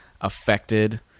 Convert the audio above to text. affected